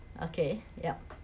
okay yup